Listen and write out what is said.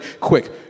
quick